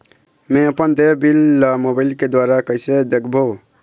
मैं अपन देय बिल ला मोबाइल के द्वारा कइसे देखबों?